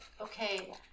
Okay